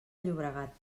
llobregat